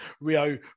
Rio